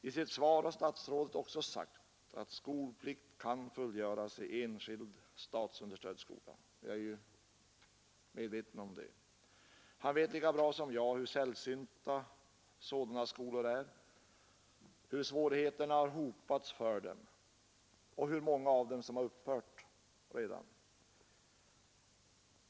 I sitt svar har statsrådet å sagt att skolplikt kan fullgöras i ” oc enskild statsunderstödd skola”. Jag är medveten om det. Utbildningsministern vet lika bra som jag hur ällsynta sådana skolor är, hur svårigheterna har hopats för dem och hur många av dem som redan har upphört.